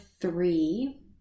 three